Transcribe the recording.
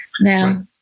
Now